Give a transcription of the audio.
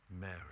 Mary